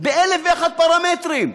באלף ואחד פרמטרים.